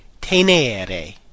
Tenere